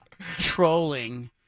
trolling